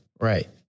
Right